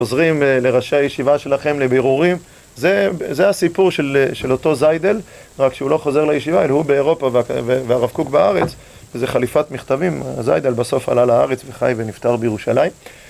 חוזרים לראשי הישיבה שלכם, לבירורים, זה זה הסיפור של אותו זיידל, רק שהוא לא חוזר לישיבה, אלא הוא באירופה והרב קוק בארץ, וזה חליפת מכתבים. זיידל בסוף עלה לארץ וחי ונפטר בירושלים.